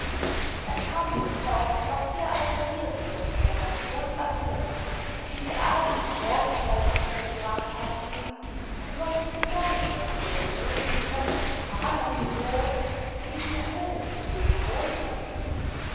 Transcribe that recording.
er kam sofort und war sehr alteriert über die sensationsaffäre die die abend und morgenzeitungen gebracht hatten und konnte sich gar nicht darüber beruhigen daß ich ahnungslos in diesem höllenpfuhl gewohnt hatte